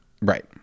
Right